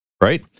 right